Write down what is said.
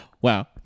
Wow